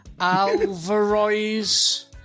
Alvarez